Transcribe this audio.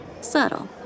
Subtle